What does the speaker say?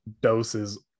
doses